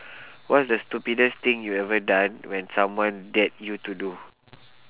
what is the stupidest thing you ever done when someone dared you to do